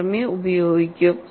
മാത്രമേ ഉപയോഗിക്കൂ